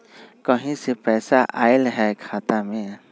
कहीं से पैसा आएल हैं खाता में?